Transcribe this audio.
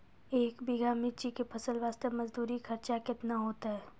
एक बीघा मिर्ची के फसल वास्ते मजदूरी खर्चा केतना होइते?